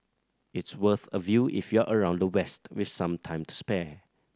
it's worth a view if you're around the west with some time to spare